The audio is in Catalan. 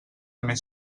més